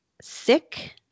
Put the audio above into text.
Sick